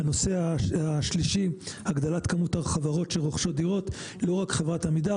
הנושא השלישי הוא הגדלת כמות החברות שרוכשות דירות לא רק חברת עמידר,